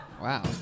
Wow